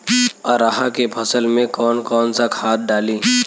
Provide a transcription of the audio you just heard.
अरहा के फसल में कौन कौनसा खाद डाली?